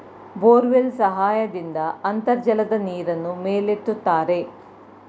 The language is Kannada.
ಬೋರ್ವೆಲ್ ಸಹಾಯದಿಂದ ಅಂತರ್ಜಲದ ನೀರನ್ನು ಮೇಲೆತ್ತುತ್ತಾರೆ